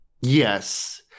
Yes